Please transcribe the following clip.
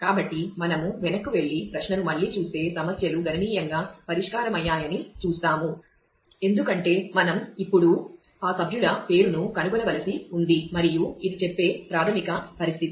కాబట్టి మనము వెనక్కి వెళ్లి ప్రశ్నను మళ్ళీ చూస్తే సమస్యలు గణనీయంగా పరిష్కారమయ్యాయని చూస్తాము ఎందుకంటే మనం ఇప్పుడు ఆ సభ్యుల పేరును కనుగొనవలసి ఉంది మరియు ఇది చెప్పే ప్రాథమిక పరిస్థితి